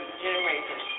generation